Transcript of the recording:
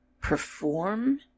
perform